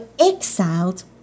exiled